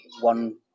one